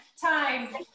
Time